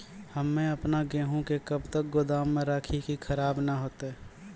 हम्मे आपन गेहूँ के कब तक गोदाम मे राखी कि खराब न हते?